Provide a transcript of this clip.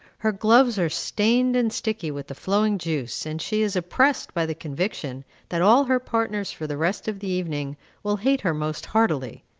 her gloves are stained and sticky with the flowing juice, and she is oppressed by the conviction that all her partners for the rest of the evening will hate her most heartily.